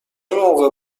موقع